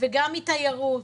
וגם מתיירות,